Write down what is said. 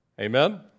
Amen